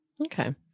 Okay